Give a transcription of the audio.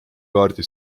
kaardi